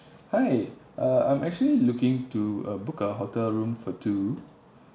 hi uh I'm actually looking to uh book a hotel room for two